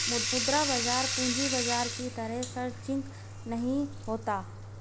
मुद्रा बाजार पूंजी बाजार की तरह सरंचिक नहीं होता